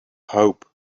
hope